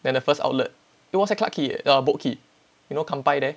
then the first outlet it was at clarke quay eh err boat quay you know kanpai there